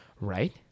Right